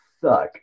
suck